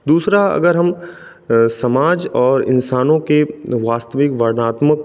दूसरा अगर हम समाज और इंसानों के वास्तविक वर्णात्मक